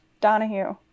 Donahue